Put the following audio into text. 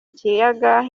kiyaga